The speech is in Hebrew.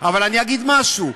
אבל אני אגיד משהו.